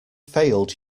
failed